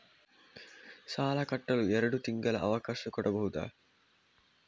ಸಾಲ ಕಟ್ಟಲು ಎರಡು ತಿಂಗಳ ಅವಕಾಶ ಕೊಡಬಹುದಾ?